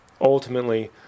ultimately